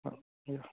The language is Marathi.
हं या